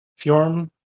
Fjorm